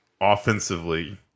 offensively